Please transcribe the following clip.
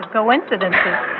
coincidences